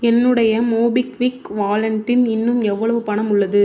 என்னுடைய மோபிக்விக் வாலெட்டில் இன்னும் எவ்வளவு பணம் உள்ளது